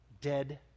Dead